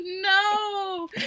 no